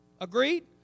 Agreed